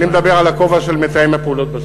אני מדבר על הכובע של מתאם הפעולות בשטחים.